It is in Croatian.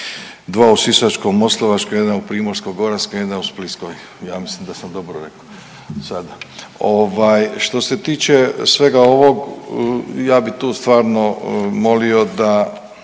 dva u Sisačko-moslavačkoj, jedan u Primorsko-goranskoj, jedna u splitskoj, ja mislim da sam dobro rekao. Sad, ovaj, što se tiče svega ovog, ja bi tu stvarno molio da